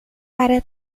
para